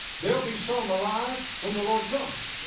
there will be some alive when the lord comes,